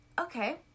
okay